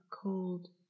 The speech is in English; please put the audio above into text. cold